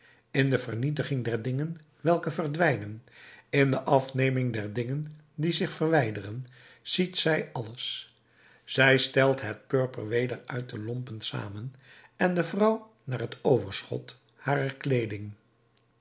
in de vernietiging der dingen welke verdwijnen in de afneming der dingen die zich verwijderen ziet zij alles zij stelt het purper weder uit de lompen samen en de vrouw naar t overschot harer kleeding